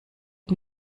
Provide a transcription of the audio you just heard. den